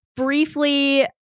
Briefly